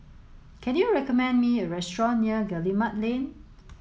can you recommend me a restaurant near Guillemard Lane